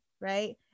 right